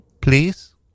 Please